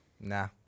nah